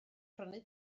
prynu